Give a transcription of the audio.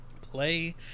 Play